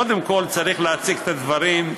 קודם כול צריך להציג את הדברים,